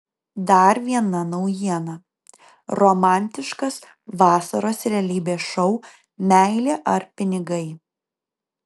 dar viena naujiena romantiškas vasaros realybės šou meilė ar pinigai